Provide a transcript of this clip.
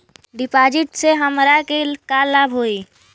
डिपाजिटसे हमरा के का लाभ होई?